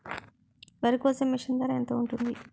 వరి కోసే మిషన్ ధర ఎంత ఉంటుంది?